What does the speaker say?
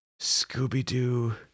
Scooby-Doo